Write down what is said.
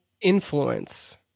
influence